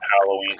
Halloween